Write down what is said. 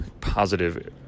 positive